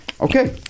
Okay